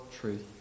truth